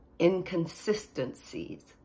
inconsistencies